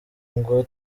ngo